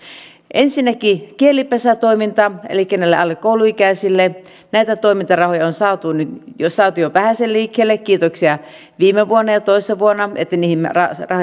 ensinnäkin kielipesätoiminnan elikkä alle kouluikäisille toimintarahoja on saatu jo vähäsen liikkeelle kiitoksia että viime vuonna ja toissa vuonna niihin rahoja